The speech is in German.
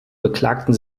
beklagten